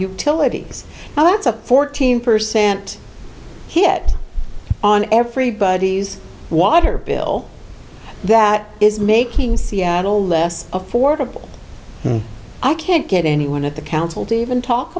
utilities now that's a fourteen percent hit on everybody's water bill that is making seattle less affordable i can't get anyone at the council to even talk